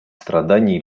страданий